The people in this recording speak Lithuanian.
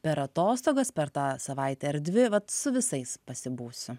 per atostogas per tą savaitę ar dvi vat su visais pasibūsiu